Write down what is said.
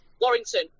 Warrington